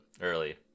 early